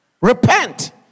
repent